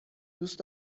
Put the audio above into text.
دوست